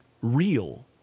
real